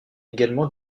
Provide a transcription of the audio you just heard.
également